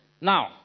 Now